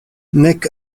nek